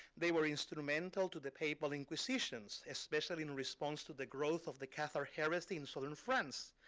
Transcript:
they were instrumental to the papal inquisitions, especially in response to the growth of the cathar heresy in southern france.